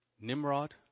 Nimrod